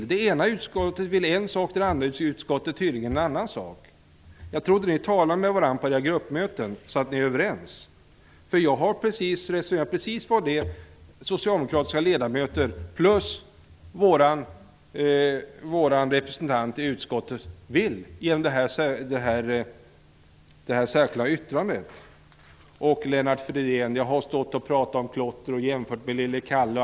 Ledamöter i ett utskott vill en sak och ledamöter i ett annat utskott vill tydligen en annan sak. Jag trodde att ni talade med varandra på era gruppmöten för att komma överens. Jag resonerar precis som de socialdemokratiska ledamöterna och vår representant i trafikutskottet i det särskilda yttrande jag fogat till betänkandet. Till Lennart Fridén vill jag säga att jag har pratat om klotter och om lille Kalle.